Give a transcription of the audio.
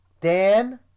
Dan